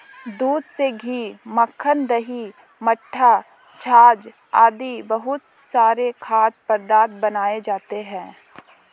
दूध से घी, मक्खन, दही, मट्ठा, छाछ आदि बहुत सारे खाद्य पदार्थ बनाए जाते हैं